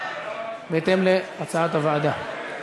בהתאם להצעת הוועדה.